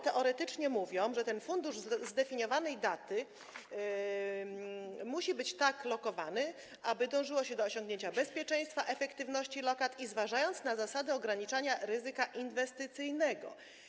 Teoretycznie powiedziane jest, że ten fundusz zdefiniowanej daty musi być tak lokowany, aby dążyło się do osiągnięcia bezpieczeństwa, efektywności lokat, zważając na zasady ograniczania ryzyka inwestycyjnego.